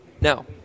now